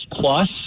plus